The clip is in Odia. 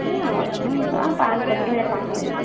ନା ଅଠର ପାଁଶହ ସତ୍ର ହଜାର୍ ପାଁଶହ କରନ୍ତୁ